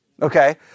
Okay